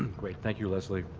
great. thank you, leslie.